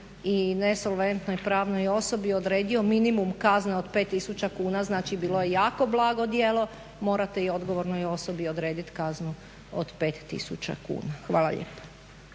i nesolventnoj pravnoj osobi odredio minimum kazne od 5 tisuća kuna, znači, bilo je jako blago djelo, morate i odgovornoj osobi odrediti kaznu od 5 tisuća kuna. Hvala lijepa.